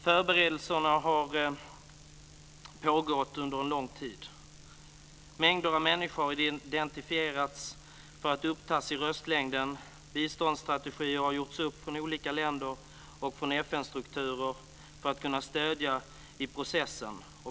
Förberedelserna har pågått under lång tid. Mängder av människor har identifierats för att upptas i röstlängden. Biståndsstrategier har gjorts upp från olika länder och FN-strukturer för att kunna stödja i processen.